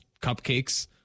Cupcakes